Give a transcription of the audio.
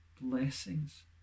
blessings